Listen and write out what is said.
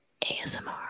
asmr